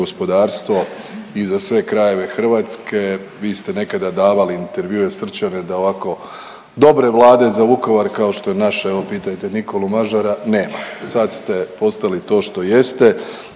gospodarstvo i za sve krajeve Hrvatske. Vi ste nekada davali intervjue srčane da ovako dobre vlade za Vukovar kao što je naša, evo pitajte Nikolu Mažara, nema. Sad ste postali to što jeste,